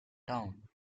town